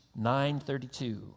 932